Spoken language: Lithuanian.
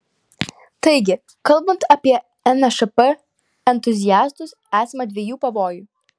taigi kalbant apie nšp entuziastus esama dviejų pavojų